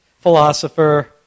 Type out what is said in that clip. philosopher